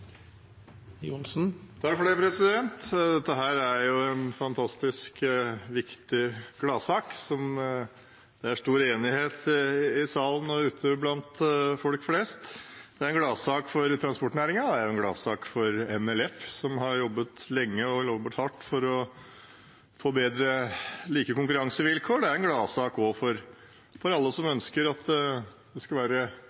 stor enighet om i salen og ute blant folk flest. Det er en gladsak for transportnæringen, det er en gladsak for NLF, Norges Lastebileier-Forbund, som har jobbet lenge og hardt for å få bedre og mer like konkurransevilkår. Det er også en gladsak for alle som ønsker det skal være mest mulig like vilkår for dem som